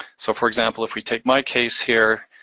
so, for example, if we take my case here,